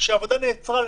שהעבודה נעצרה למעשה.